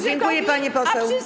Dziękuję, pani poseł.